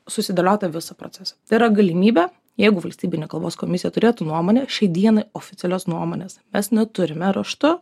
susidėliot tą visą procesą tai yra galimybė jeigu valstybinė kalbos komisija turėtų nuomonę šiai dienai oficialios nuomonės mes neturime raštu